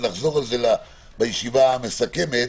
ולחזור על זה בישיבה המסכמת,